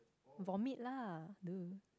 vomit lah duh